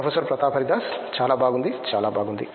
professor Pratap Haridas చాలా బాగుంది చాలా బాగుంది